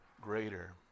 greater